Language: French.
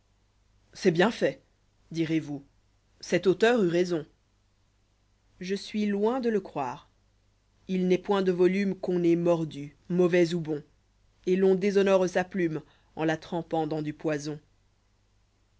c'est bien fait direz yous cet auteur eut raispn je suis loin de le croire il n'est point de volume qu'on n'ait mordu mauvais ou bon et l'on déshonore sa plume en la trempant dans du poison